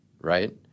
right